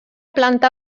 planta